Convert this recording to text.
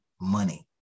money